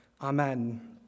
Amen